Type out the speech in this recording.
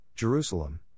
Jerusalem